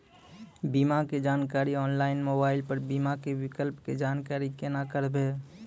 बीमा के जानकारी ऑनलाइन मोबाइल पर बीमा के विकल्प के जानकारी केना करभै?